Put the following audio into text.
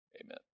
Amen